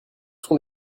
sont